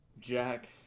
Jack